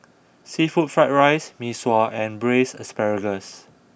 Seafood Fried Rice Mee Sua and Braised Asparagus